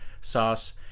sauce